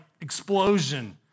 explosion